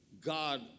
God